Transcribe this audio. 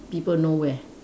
people nowhere